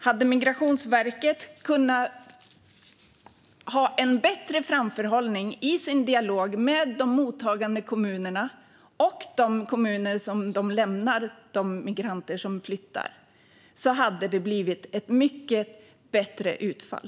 Hade Migrationsverket kunnat ha en bättre framförhållning i sin dialog med de mottagande kommunerna och de kommuner som de flyttande migranterna lämnar, hade det blivit ett mycket bättre utfall.